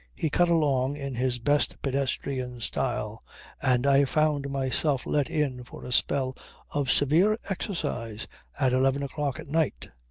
he cut along in his best pedestrian style and i found myself let in for a spell of severe exercise at eleven o'clock at night.